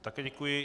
Také děkuji.